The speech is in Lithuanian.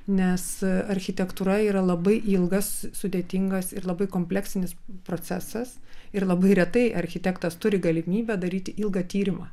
nes architektūra yra labai ilgas sudėtingas ir labai kompleksinis procesas ir labai retai architektas turi galimybę daryti ilgą tyrimą